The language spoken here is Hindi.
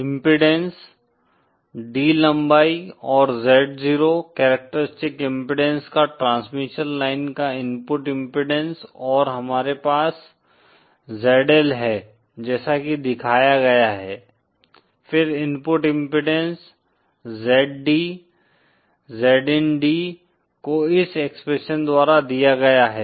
इम्पीडेन्स D लंबाई और Z0 कैरेक्टरिस्टिक इम्पीडेन्स का ट्रांसमिशन लाइन का इनपुट इम्पीडेन्स और हमारे पास लोड ZL है जैसा कि दिखाया गया है फिर input impedance Z D Z in D को इस एक्सप्रेशन द्वारा दिया गया है